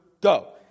go